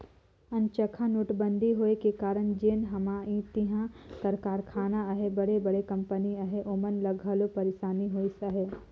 अनचकहा नोटबंदी होए का कारन जेन हमा इहां कर कारखाना अहें बड़े बड़े कंपनी अहें ओमन ल घलो पइरसानी होइस अहे